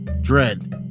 dread